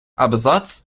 абзац